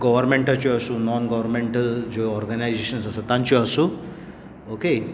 गोवर्नमेंटाच्यो आसूं non governmental जे organisation आसा तांच्यो आसूं ओके